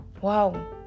wow